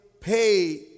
pay